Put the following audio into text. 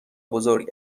بزرگ